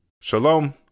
Shalom